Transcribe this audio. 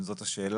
אם זאת השאלה.